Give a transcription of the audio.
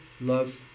love